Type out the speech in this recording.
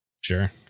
Sure